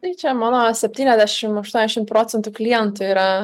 tai čia mano septyniasdešim aštuoniasdešim procentų klientų yra